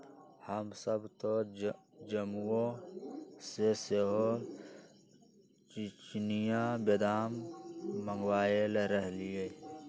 हमसभ तऽ जम्मूओ से सेहो चिनियाँ बेदाम मँगवएले रहीयइ